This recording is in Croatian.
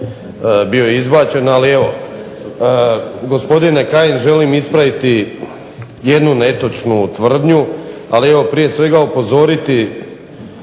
bio izbačen, ali evo. Gospodine Kajin želim ispraviti jednu netočnu tvrdnju, ali evo prije svega upozoriti